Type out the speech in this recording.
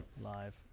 Live